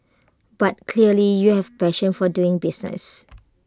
but clearly you have A passion for doing business